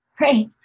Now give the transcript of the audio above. right